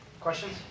Questions